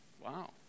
Wow